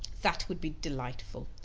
that would be delightful.